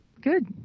Good